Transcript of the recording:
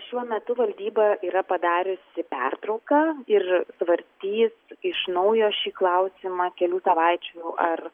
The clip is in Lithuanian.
šiuo metu valdyba yra padariusi pertrauką ir svarstys iš naujo šį klausimą kelių savaičių ar